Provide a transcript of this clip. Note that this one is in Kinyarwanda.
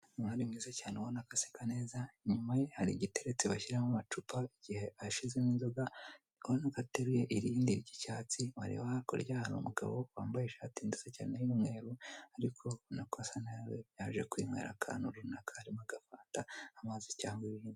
Umwari mwiza cyane ubona ko aseka neza, inyuma ye hari igiteretse bashyiramo amacupa igihe yshizemo inzoga, urabona ko ateruye irindi ry'icyatsi, wareba hakurya hari umugabo wambaye ishati nziza cyane y'umweru, ariko urabona ko asa nawe yaje kwinywera akantu runaka, harimo agafanta, amazi cyangwa.